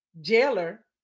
jailer